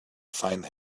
find